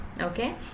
Okay